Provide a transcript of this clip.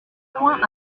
point